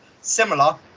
similar